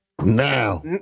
Now